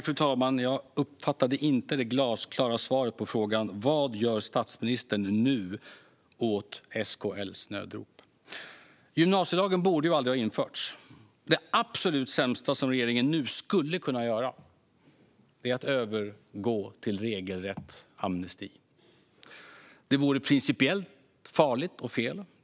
Fru talman! Jag uppfattade inte det glasklara svaret på frågan: Vad gör statsministern nu åt SKL:s nödrop? Gymnasielagen borde aldrig ha införts. Det absolut sämsta som regeringen nu skulle kunna göra är att övergå till regelrätt amnesti. Det vore principiellt farligt och fel.